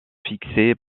fixés